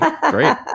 Great